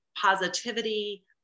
positivity